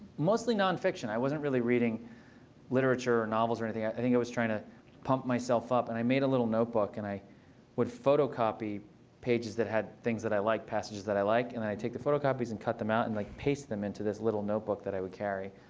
mostly nonfiction. i wasn't really reading literature or novels or anything. i i think i was trying to pump myself up. and i made a little notebook. and i would photocopy pages that had things that i liked, passages that i like. and i'd take the photocopies and cut them out and like paste them into this little notebook that i would carry.